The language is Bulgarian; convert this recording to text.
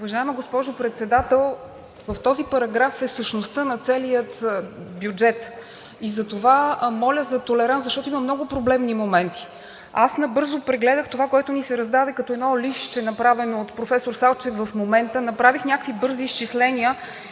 Уважаема госпожо Председател, в този параграф е същността на целия бюджет. Затова моля за толеранс, защото има много проблемни моменти. Аз набързо прегледах това, което ни се раздаде като едно листче, направено от професор Салчев в момента. Направих някакви бързи изчисления